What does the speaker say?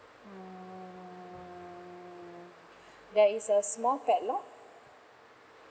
mm there is a small padlock